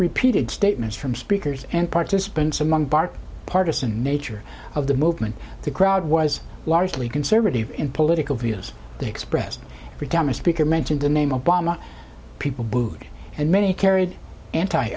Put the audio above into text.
repeated statements from speakers and participants among bart partisan nature of the movement the crowd was largely conservative in political views expressed by speaker mention the name obama people booed and many carried anti